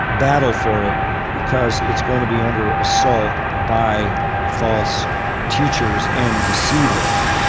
battle for it because it's going to be under assault by false teachers and deceivers.